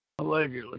Allegedly